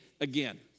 again